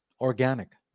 Organic